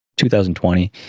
2020